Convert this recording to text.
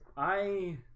i